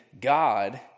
God